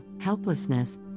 helplessness